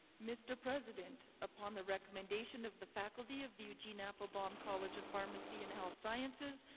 mr. president, upon the recommendation of the faculty of the eugene applebaum college of pharmacy and health sciences,